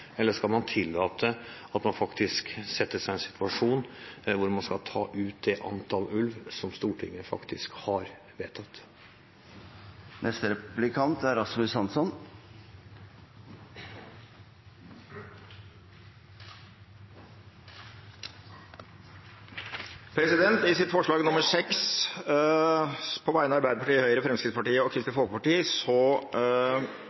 eller skal man tillate at man setter seg i en situasjon hvor man skal ta ut det antall ulv som Stortinget faktisk har vedtatt? I forslag nr. 6, på vegne av Arbeiderpartiet, Høyre, Fremskrittspartiet og